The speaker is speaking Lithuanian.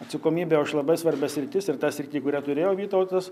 atsakomybę už labai svarbias sritis ir tą sritį kurią turėjo vytautas